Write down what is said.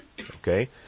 Okay